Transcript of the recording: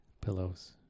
pillows